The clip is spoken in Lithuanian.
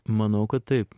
manau kad taip